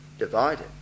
Divided